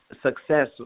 success